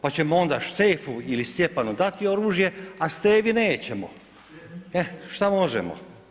Pa ćemo onda Štefu ili Stjepanu dati oružje, a Stevi nećemo, e šta možemo.